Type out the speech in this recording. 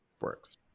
works